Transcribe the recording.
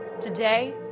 Today